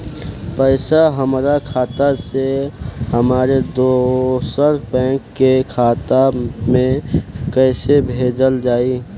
पैसा हमरा खाता से हमारे दोसर बैंक के खाता मे कैसे भेजल जायी?